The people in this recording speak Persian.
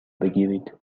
بگیرید